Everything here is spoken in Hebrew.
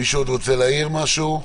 מישהו עוד רוצה להעיר משהו?